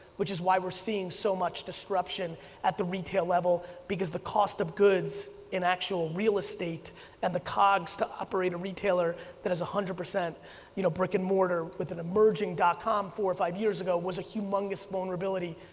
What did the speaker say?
which is why we're seeing so much disruption at the retail level, because the cost of goods, in actual real estate and the cogs to operate a retailer that has one hundred, you know brick and mortar with an emerging dot com four or five years ago was a humongous vulnerability,